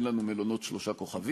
אין לנו מספיק מלונות שלושה כוכבים,